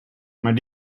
maar